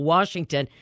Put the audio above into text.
Washington